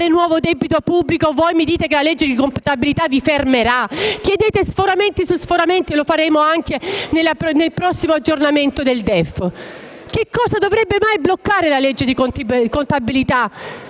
nuovo debito pubblico, voi mi dite che la legge di contabilità vi fermerà? Chiedete sforamenti su sforamenti e lo faremo anche nel prossimo aggiornamento del DEF. Che cosa dovrebbe mai bloccare la legge di contabilità,